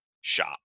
shop